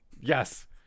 Yes